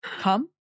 Come